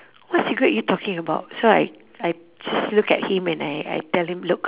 what cigarette are you talking about so I I just look at him and I I tell him look